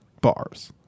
bars